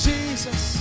Jesus